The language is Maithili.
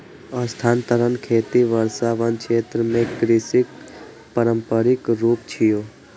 स्थानांतरण खेती वर्षावन क्षेत्र मे कृषिक पारंपरिक रूप छियै